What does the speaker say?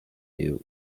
you